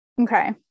Okay